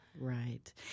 Right